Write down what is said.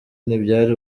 ntibyari